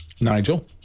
Nigel